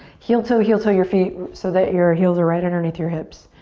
heel-toe, heel-toe your feet so that your heels are right underneath your hips.